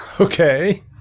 Okay